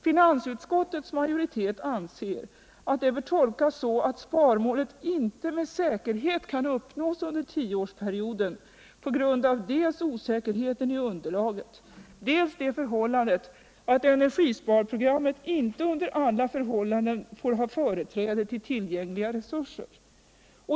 Finansutskottets majoritet anser att uttalandet om flexibilitet bör tolkas så att sparmålet ej med säkerhet kan uppnås under tioårsperioden på grund av dels osäkerheten i underlaget, dels det förhållandet att energisparprogrammet inte under alla förhållanden får ha företräde till tillgängliga resurser.